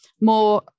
more